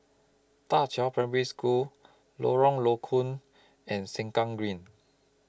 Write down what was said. DA Qiao Primary School Lorong Low Koon and Sengkang Green